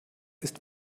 ist